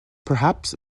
perhaps